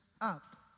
up